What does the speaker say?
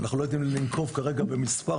אנחנו לא יודעים לנקוב כרגע במספר,